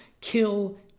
kill